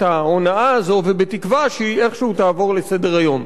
ההונאה הזאת ובתקווה שאיכשהו יעברו עליה לסדר-היום.